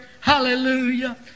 Hallelujah